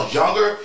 younger